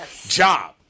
Job